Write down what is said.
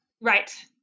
Right